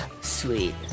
Sweet